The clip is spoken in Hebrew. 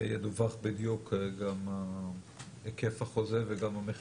וידווח בדיוק גם היקף החוזה וגם המחיר?